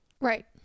Right